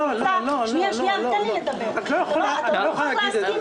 לא, לא, את לא יכולה להגיד את זה.